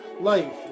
Life